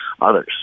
others